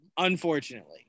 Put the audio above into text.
unfortunately